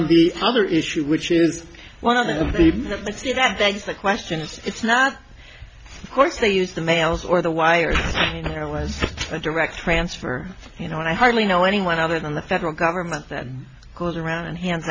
and the other issue which is one of the let's see that that's the question it's not of course they use the mails or the wires you know there was a direct transfer you know and i hardly know anyone other than the federal government that goes around and hands